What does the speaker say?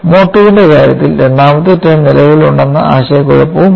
mode II ന്റെ കാര്യത്തിൽ രണ്ടാമത്തെ ടേം നിലവിലുണ്ടെന്ന ആശയക്കുഴപ്പവുമില്ല